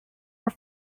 are